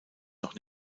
noch